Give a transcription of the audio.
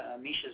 Misha's